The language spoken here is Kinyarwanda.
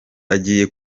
agiye